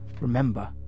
Remember